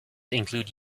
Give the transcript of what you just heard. include